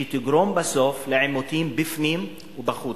שתגרום בסוף לעימותים בפנים ובחוץ.